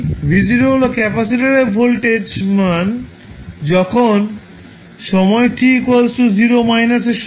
V0 হল capacitor এ ভোল্টেজের মান যখন সময় t 0 র সমান